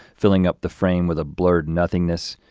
filling up the frame with a blurred nothingness,